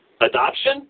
Adoption